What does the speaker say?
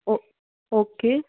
ਓ okay